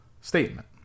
statement